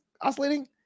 Oscillating